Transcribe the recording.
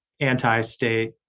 anti-state